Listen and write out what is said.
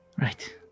right